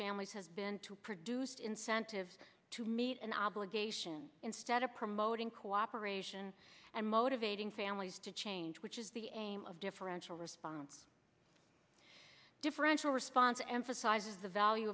families has been to produce incentives to meet an obligation instead of promoting cooperation and motivating families to change which is the aim of differential response differential response emphasizes the value